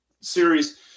series